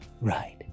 right